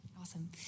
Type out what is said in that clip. Awesome